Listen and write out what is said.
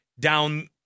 down